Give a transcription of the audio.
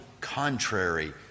contrary